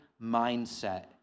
mindset